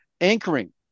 anchoring